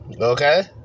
okay